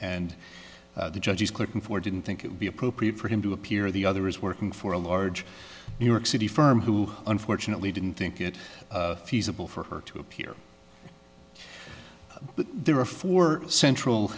and the judge is clicking for didn't think it would be appropriate for him to appear the other is working for a large new york city firm who unfortunately didn't think it feasible for her to appear but there were four central